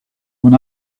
when